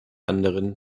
anderen